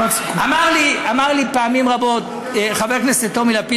אמר לי פעמים רבות חבר הכנסת טומי לפיד,